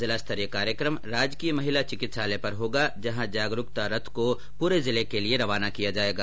जिला स्तरीय कार्यक्रम राजकीय महिला चिकित्सालय पर होगा जहां जागरूकता रथ को पूरे जिले के लिए रवाना किया जाएगा